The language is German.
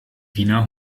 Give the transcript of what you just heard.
wiener